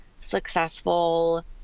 successful